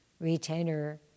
retainer